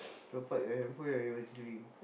top-up your handphone and your E_Z-Link